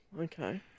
Okay